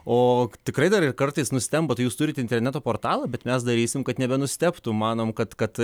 o tikrai dar ir kartais nustemba tai jūs turit interneto portalą bet mes darysim kad nebenustebtų manom kad kad